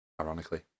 Ironically